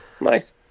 nice